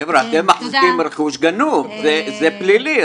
חבר'ה, אתם מחזיקים רכוש גנוב, זה פלילי.